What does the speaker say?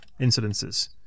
incidences